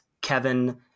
Kevin